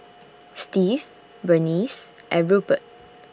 Steve Burnice and Rupert